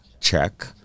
check